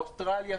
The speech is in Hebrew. אוסטרליה,